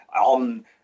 on